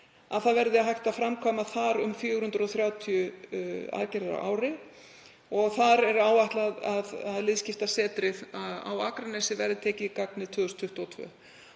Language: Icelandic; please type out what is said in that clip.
verði hægt að framkvæma þar um 430 aðgerðir á ári. Þar er áætlað að Liðskiptasetrið á Akranesi verði tekið í gagnið 2022.